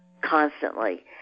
constantly